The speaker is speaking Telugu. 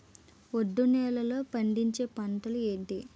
ఒండ్రు నేలలో పండించే పంటలు ఏంటి?